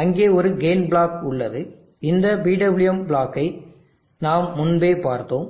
அங்கே ஒரு gain block உள்ளது இந்த PWM பிளாக்கை நாம் முன்பே பார்த்தோம்